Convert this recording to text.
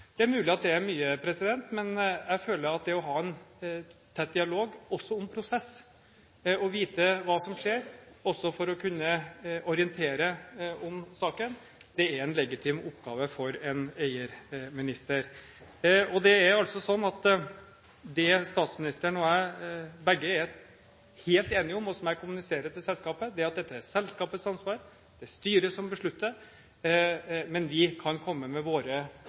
Det er mulig at det er mye, men jeg føler at det å ha en tett dialog også om prosess og å vite hva som skjer, også for å kunne orientere om saken, er en legitim oppgave for en eierminister. Det er altså sånn at det statsministeren og jeg begge er helt enige om, og som jeg kommuniserer til selskapet, er at dette er selskapets ansvar, det er styret som beslutter, men vi kan komme med våre